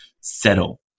settle